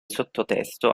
sottotesto